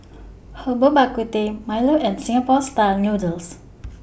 Herbal Bak Ku Teh Milo and Singapore Style Noodles